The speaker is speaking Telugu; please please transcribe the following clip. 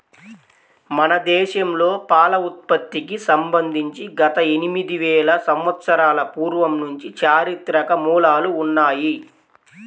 మన దేశంలో పాల ఉత్పత్తికి సంబంధించి గత ఎనిమిది వేల సంవత్సరాల పూర్వం నుంచి చారిత్రక మూలాలు ఉన్నాయి